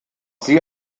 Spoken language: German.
sie